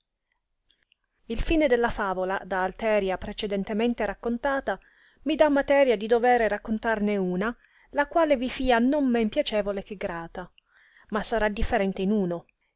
il fine della favola da alteria precedentemente raccontata mi dà materia di dovere raccontarne una la quale vi fia non men piacevole che grata ma sarà differente in uno